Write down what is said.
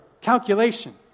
calculation